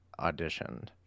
auditioned